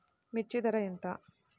మిర్చి ధర ఎంత?